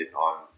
on